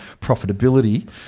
profitability